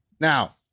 Now